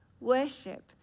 worship